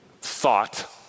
thought